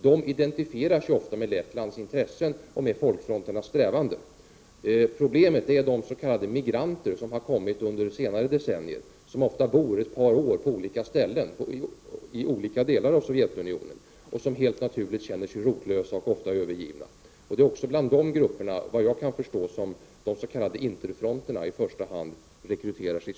De identifierar sig ofta med Lettlands intressen och med folkfronternas strävan. Problemet är de s.k. migranter som har kommit in under senare decennier och som ofta bor ett par år på olika ställen i olika delar av Sovjetunionen och som helt naturligt känner sig rotlösa och ofta övergivna. Det är också bland de grupperna, vad jag kan förstå, som de s.k. interfronterna i första hand rekryteras.